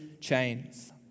chains